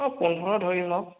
অঁ পোন্ধৰ ধৰি লওক